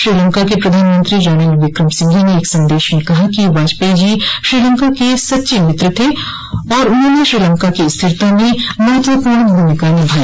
श्रीलंका के प्रधानमंत्री रानिल विक्रमसिंघे ने एक संदेश में कहा कि वाजपेयी जी श्रीलंका के सच्चे मित्र थे और उन्होंने श्रीलंका की स्थिरता में महत्वपूर्ण भूमिका निभाई